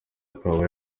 akaba